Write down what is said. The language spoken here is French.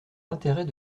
l’intérêt